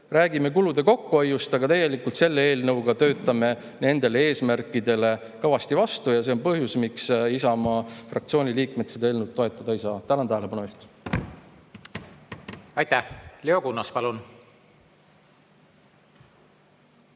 räägime kulude kokkuhoiust, aga tegelikult selle eelnõuga töötame nendele eesmärkidele kõvasti vastu. Ja see on põhjus, miks Isamaa fraktsiooni liikmed seda eelnõu toetada ei saa. Tänan tähelepanu eest! Aitäh! Leo Kunnas, palun!